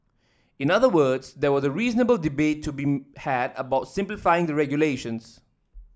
in other words there was a reasonable debate to be had about simplifying the regulations